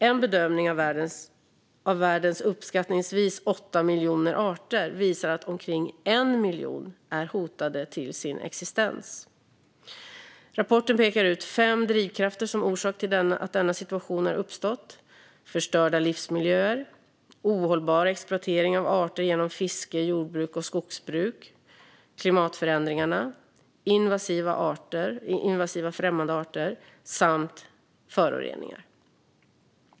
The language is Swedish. En bedömning av världens uppskattningsvis 8 miljoner arter visar att omkring 1 miljon är hotade till sin existens. Rapporten pekar ut fem drivkrafter som orsak till att denna situation har uppstått: förstörda livsmiljöer, ohållbar exploatering av arter genom fiske, jordbruk och skogsbruk, klimatförändringar, invasiva främmande arter samt föroreningar.